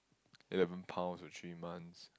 eleven pounds for three months